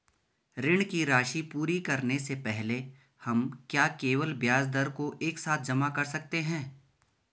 ऋण की राशि पूरी करने से पहले हम क्या केवल ब्याज दर को एक साथ जमा कर सकते हैं?